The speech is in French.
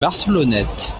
barcelonnette